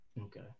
Okay